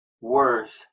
worse